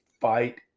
fight